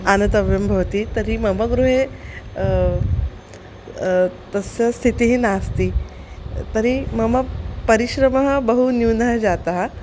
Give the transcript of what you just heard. आनेतव्यं भवति तर्हि मम गृहे तस्य स्थितिः नास्ति तर्हि मम परिश्रमः बहु न्यूनः जातः